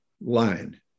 line